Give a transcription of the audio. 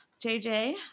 JJ